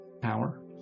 power